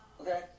okay